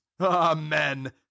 amen